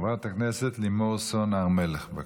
חברת הכנסת לימור סון הר מלך, בבקשה,